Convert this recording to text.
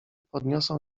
podniosą